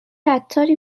عطاری